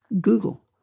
Google